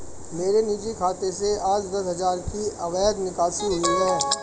मेरे निजी खाते से आज दस हजार की अवैध निकासी हुई है